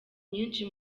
nyinshi